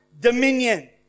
Dominion